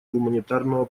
гуманитарного